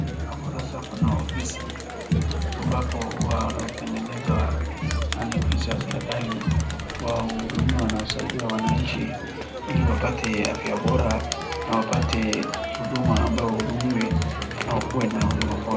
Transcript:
Hapo sasa kuna ofisi ambapo huwa wanatengeneza na ni ofisi ya serikali wao huhudumiwa na husaidia wananchi ili wapate afya bora na wapate huduma ambayo wahudumiwe au kuwe na huduma bora.